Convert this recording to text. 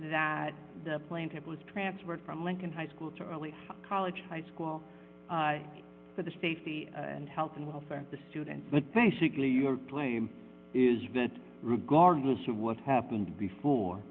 that the plaintiff was transferred from lincoln high school to early college high school for the safety and health and welfare of the students but basically your claim is that regardless of what happened before